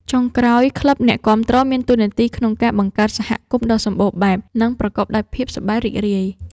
ចុងក្រោយ ក្លឹបអ្នកគាំទ្រមានតួនាទីក្នុងការបង្កើតសហគមន៍ដ៏សម្បូរបែប និងប្រកបដោយភាពសប្បាយរីករាយ។